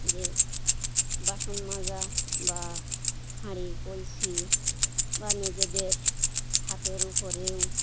যে বাসন মাজা বা হাঁড়ি কলসি বা নিজেদের হাতের উপরেও